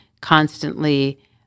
constantly